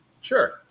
Sure